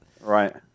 Right